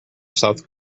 south